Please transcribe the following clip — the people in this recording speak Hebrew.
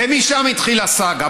ומשם התחילה סאגה.